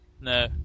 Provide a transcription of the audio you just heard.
No